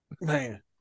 Man